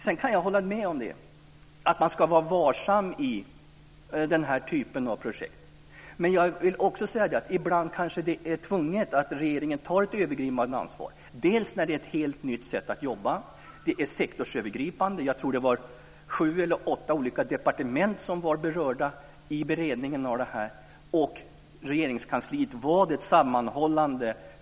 Sedan kan jag hålla med om att man ska vara varsam i den här typen av projekt. Men, det vill jag också säga, ibland kanske det är tvunget att regeringen tar ett övergripande ansvar. Så kan t.ex. vara fallet när det gäller ett helt nytt sätt att jobba. Detta är sektorsövergripande - jag tror att det var sju eller åtta olika departement som var berörda i beredningen, och Regeringskansliet var det sammanhållande.